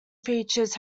features